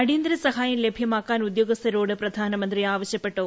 അടിയന്തര സഹായം ലഭ്യമാക്കാൻ ഉദ്യോഗസ്ഥരോട് പ്രധാനമന്ത്രി ആവശ്യപ്പെട്ടു